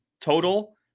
total